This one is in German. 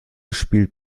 spielt